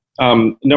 Number